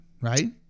right